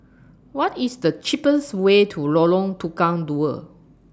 What IS The cheapest Way to Lorong Tukang Dua